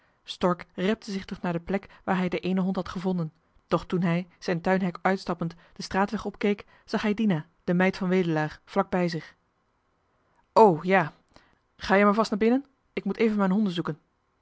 stork repte zich terug naar de plek waar hij den eenen hond had gevonden doch toen hij zijn tuinhek uitstappend den straatweg opkeek zag hij dina de meid van wedelaar vlak bij zich o ja ga je maar vast naar binnen ik moet even mijn